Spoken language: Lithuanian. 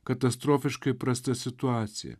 katastrofiškai prasta situacija